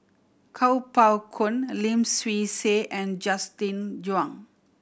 Kuo Pao Kun Lim Swee Say and Justin Zhuang